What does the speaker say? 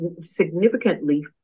significantly